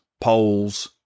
poles